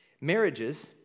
Marriages